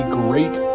great